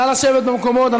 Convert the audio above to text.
נא לשבת במקומות,